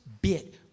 bit